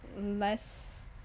Less